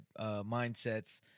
mindsets